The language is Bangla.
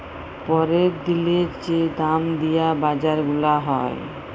প্যরের দিলের যে দাম দিয়া বাজার গুলা হ্যয়